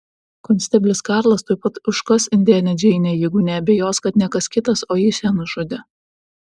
konsteblis karlas tuoj pat užkas indėnę džeinę jeigu neabejos kad ne kas kitas o jis ją nužudė